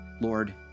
Lord